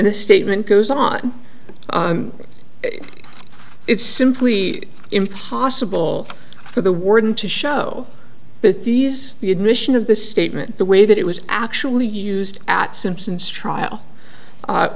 the statement goes on it's simply impossible for the warden to show that these the admission of the statement the way that it was actually used at simpson's trial